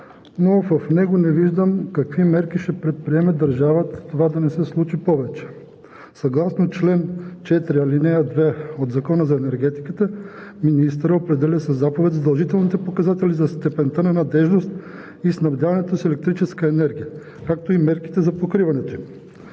но в него не виждам какви мерки ще предприеме държавата това да не се случва повече. Съгласно чл. 4, ал. 2 от Закона за енергетиката министърът определя със заповед задължителните показатели за степента на надеждност и снабдяването с електрическа енергия, както и мерките за покриването им.